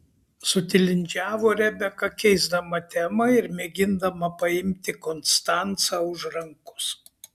sutilindžiavo rebeka keisdama temą ir mėgindama paimti konstancą už rankos